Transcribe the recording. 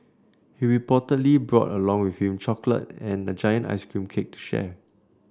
he reportedly brought along with him chocolate and a giant ice cream cake to share